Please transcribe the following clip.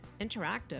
interactive